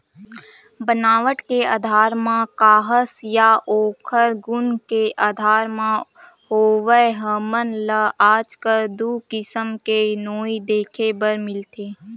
बनावट के आधार म काहस या ओखर गुन के आधार म होवय हमन ल आजकल दू किसम के नोई देखे बर मिलथे